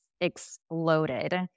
exploded